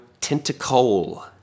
Tentacle